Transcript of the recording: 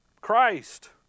Christ